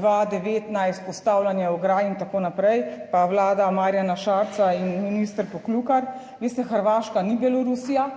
2019, postavljanja ograj in tako naprej, pa Vlada Marjana Šarca in minister Poklukar. Veste, Hrvaška ni Belorusija.